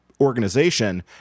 organization